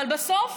אבל בסוף